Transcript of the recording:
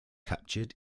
captured